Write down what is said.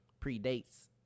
predates